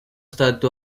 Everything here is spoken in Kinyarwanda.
stade